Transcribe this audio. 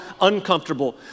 uncomfortable